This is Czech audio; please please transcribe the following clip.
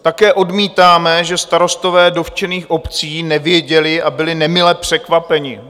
Také odmítáme, že starostové dotčených obcí nevěděli a byli nemile překvapeni.